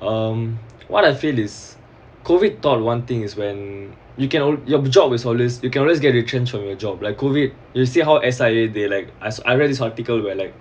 um what I feel is COVID taught one thing is when you can always your job is always you can always get retrenched from your job like COVID you see how S_I_A they like as I read this article where like